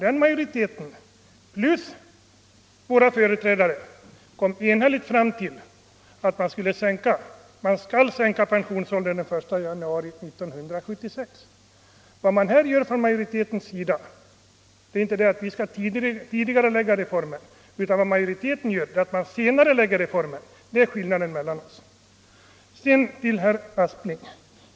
Den majoriteten plus vår företrädare kom enhälligt fram till att man skall sänka pensionsåldern den 1 januari 1976. Vad majoriteten här gör är inte att tidigarelägga reformen, utan majoriteten senarelägger reformen. Det är skillnaden mellan oss.